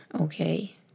okay